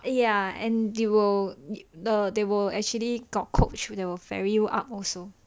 ya and you will they will actually got coach to ferry you up also